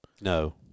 No